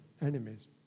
enemies